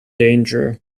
danger